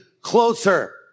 closer